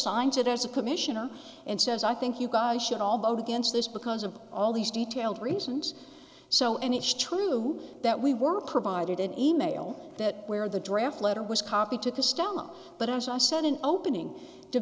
signed it as a commissioner and says i think you guys should all vote against this because of all these detailed reasons so and it's true that we were provided an email that where the draft letter was copied to the stella but as i said an opening t